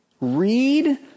read